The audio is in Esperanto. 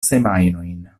semajnojn